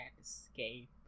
escape